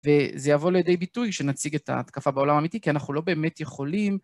וזה יבוא לידי ביטוי שנציג את ההתקפה בעולם האמיתי כי אנחנו לא באמת יכולים.